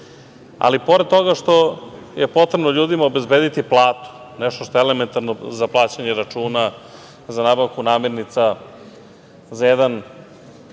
važnije. Pored toga što je potrebno ljudima obezbediti platu, nešto što je elementarno za plaćanje računa, za nabavku namirnica, za jedan,